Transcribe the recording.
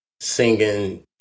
singing